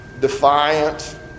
defiant